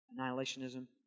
annihilationism